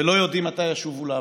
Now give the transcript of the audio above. ולא יודעים מתי ישובו לעבודה.